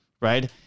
right